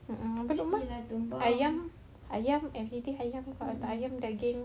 a'ah habis apa ayam ayam ayam everything ayam kalau tak ada ayam daging